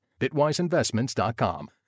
BitwiseInvestments.com